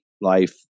life